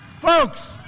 Folks